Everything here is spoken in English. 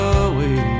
away